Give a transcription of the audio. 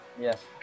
Yes